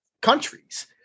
countries